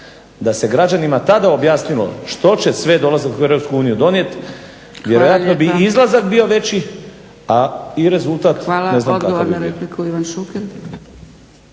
tada građanima objasnilo što će sve dolazak u Hrvatsku uniju donijet vjerojatno bi i izlazak bio veći a i rezultat … /Govornik se ne